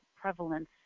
prevalence